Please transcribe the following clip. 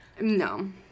No